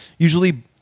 Usually